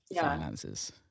finances